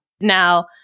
Now